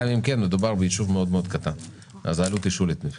וגם אם כן אז מדובר בישוב קטן מאוד ואז העלות היא שולית.